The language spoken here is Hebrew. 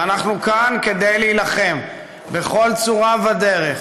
ואנחנו כאן כדי להילחם בכל צורה ודרך